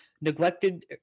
neglected